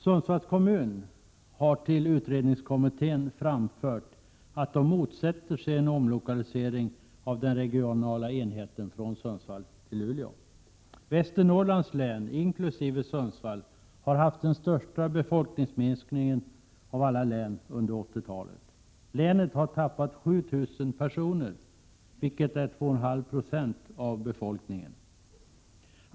Sundsvalls kommun har till utredningskommittén framfört att man motsätter sig en omlokalisering av den regionala enheten från Sundsvall till Luleå. Västernorrlands län, inkl. Sundsvall, har haft den största befolkningsminskningen under 80-talet. Länet har tappat 7 000 personer, vilket motsvarar 2,5 90 av befolkningen.